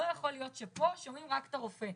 לא יכול להיות שפה שומעים רק את הרופא.